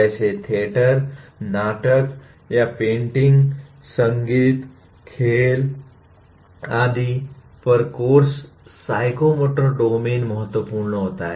जैसे थिएटर नाटक या पेंटिंग संगीत खेल आदि पर कोर्स साइकोमोटर डोमेन महत्वपूर्ण हो जाता है